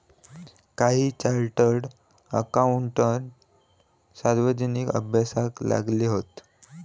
काही chartered accountant सार्वजनिक अभ्यासाक लागले हत